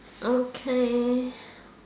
okay